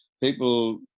people